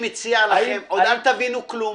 עוד אל תבינו כלום,